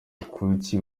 kuki